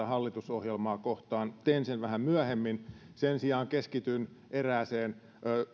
hallitusohjelmaa kohtaan teen sen vähän myöhemmin sen sijaan keskityn erääseen